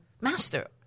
master